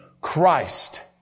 Christ